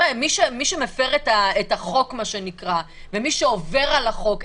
מי שמפר את החוק ומי שעובר על החוק,